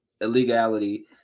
illegality